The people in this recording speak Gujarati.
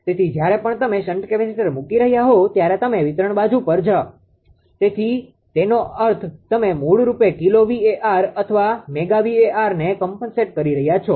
તેથી જ્યારે પણ તમે શન્ટ કેપેસિટર મૂકી રહ્યાં હોવ ત્યારે તમે વિતરણ બાજુ પર છો તેનો અર્થ તમે મૂળરૂપે કિલો VAr અથવા મેગા VArને કોમ્પનસેટ કરી રહ્યા છો